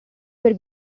per